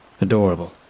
Adorable